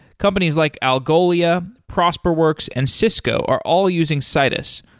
companies like algolia, prosperworks and cisco are all using citus,